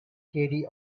katie